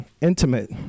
intimate